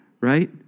Right